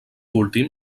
últim